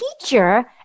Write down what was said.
teacher